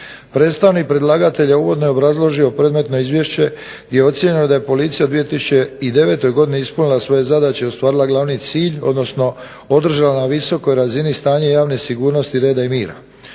Predstavnik predlagatelja je uvodno obrazložio predmetno izvješće i ocijenio da je policija u 2009. godini ispunila svoje zadaće i ostvarila glavni cilj, odnosno održala na visokoj razini stanje javne sigurnosti, reda i mira.